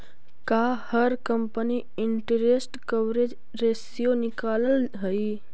का हर company interest coverage ratio निकालअ हई